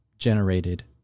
generated